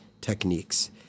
techniques